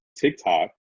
TikTok